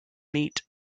meet